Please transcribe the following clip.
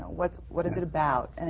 what what is it about? and